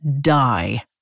die